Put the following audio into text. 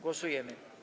Głosujemy.